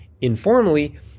informally